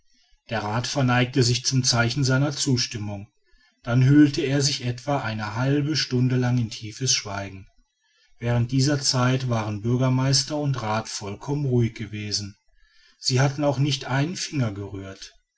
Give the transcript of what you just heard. der rath verneigte sich zum zeichen seiner zustimmung dann hüllte er sich etwa eine halbe stunde lang in tiefes schweigen während dieser zeit waren bürgermeister und rath vollkommen ruhig gewesen sie hatten auch nicht einen finger gerührt